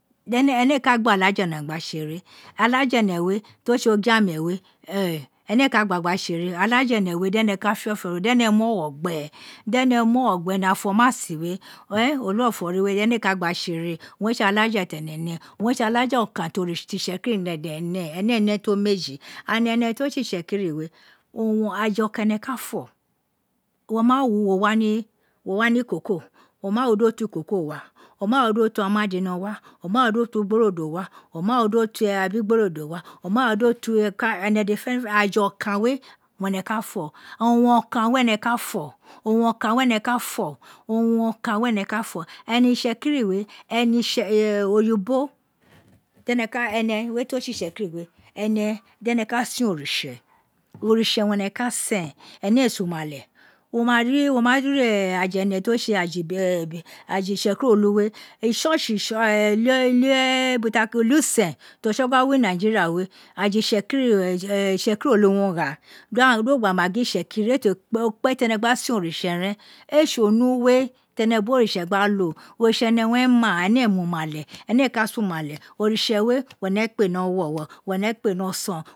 Itsekiri ene éè ka gba olafa ẹnẹ gba tse ere, alaja ene we to tse oyiame we ene éè ka gba tse ere, alaja ene we dene fiofo ro dene muogho gbe dene muogho gbe afomasim we ẹ olu of warri we, ene ee ka gba gba tsere owun re tse alaja tene ne, owun re tse alaja okan ti itsekiri oritse ti itsekiri de ne ene, éè ne to meji and ene to tse itsekiri we owun aju oka wum ene ka fo oma ou wò wá ni kobo, o ma wu di wo twokoko wa, o ma di wo twi omadino wa, oma wu di o tori abeugborodo wa, o ma nu do twi ka ene dede fenfene aju oku we wene la fo owun ok we wene ku fo owu oka we wene ka fo, owun oka we wene ka fo, ene itsekiri we ene ene to tse itsekiri we dene ta se on tsa oritse wene ka se ene ee sen umale wo ma ri aja ene to be aja ibegin afitsekiri olu we ichurch whi usen to tsigna wi nigena we aja itsekiri itsekiri olu una gha di wo gba sen oritse ren ee tse owuwe tana boritse gha lo, oritse owun ene ma ene eka sen umale oritse we wene kpe ni owuro owun ene kpe n oson.